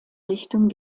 richtung